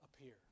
appear